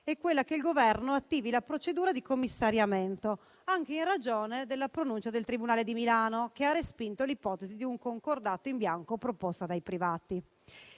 è che il Governo attivi la procedura di commissariamento, anche in ragione della pronuncia del tribunale di Milano, che ha respinto l'ipotesi di un concordato in bianco proposta dai privati.